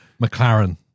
McLaren